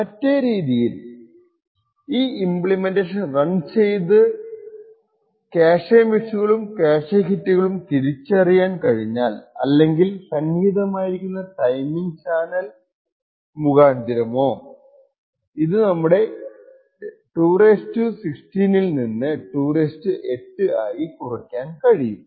മറ്റേ രീതിയിൽ ഈ ഇമ്പ്ലിമെൻറ്റേഷൻ റൺ ചെയ്ത ക്യാഷെ മിസ്സുകളും ക്യാഷെ ഹിറ്റുകളും വേർതിരിച്ചറിയാൻ കഴിഞ്ഞാൽ അല്ലെങ്കിൽ സന്നിഹിതമായിരിക്കുന്ന ടൈമിംഗ് ചാനൽ മുഖാന്തിരമോ ഇത് നമ്മുടെ 2 16 ൽ നിന്ന് 2 8 ആയി കുറക്കാൻ കഴിയും